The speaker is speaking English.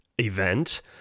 event